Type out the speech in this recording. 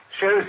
shows